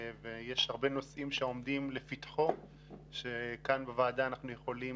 יש הרבה נושאים שעומדים לפתחו שכאן בוועדה אנחנו יכולים